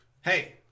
hey